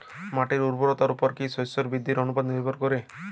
মাটির উর্বরতার উপর কী শস্য বৃদ্ধির অনুপাত নির্ভর করে?